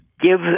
give